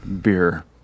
beer